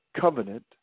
covenant